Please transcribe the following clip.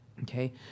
okay